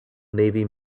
navy